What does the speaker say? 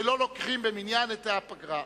כשלא לוקחים במניין את הפגרה.